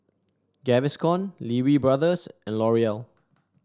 Gaviscon Lee Wee Brothers and L'Oreal